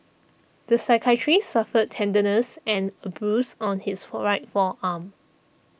the psychiatrist suffered tenderness and a bruise on his right forearm